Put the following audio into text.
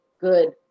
good